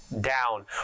down